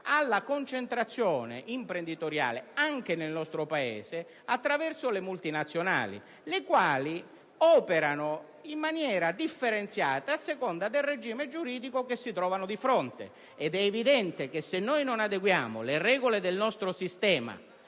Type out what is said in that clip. alla concentrazione imprenditoriale, anche nel nostro Paese, attraverso le multinazionali, le quali operano in maniera differenziata a seconda del regime giuridico che si trovano di fronte. Se noi non adeguiamo le regole del nostro sistema